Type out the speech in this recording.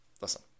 listen